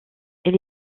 elle